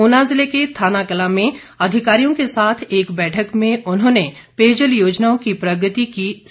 उना जिले के थानाकलां में अधिकारियों के साथ एक बैठक में उन्होंने पेयजल योजनाओं की प्रगति की समीक्षा की